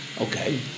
okay